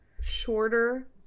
shorter